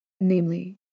namely